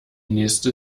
nächste